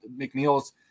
McNeil's